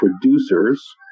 producers